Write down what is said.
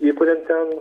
įkuriant ten